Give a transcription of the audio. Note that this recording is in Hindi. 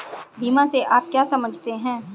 बीमा से आप क्या समझते हैं?